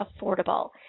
affordable